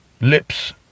Lips